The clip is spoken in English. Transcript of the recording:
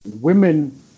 women